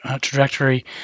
trajectory